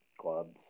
clubs